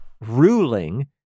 ruling